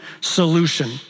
solution